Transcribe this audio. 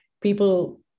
People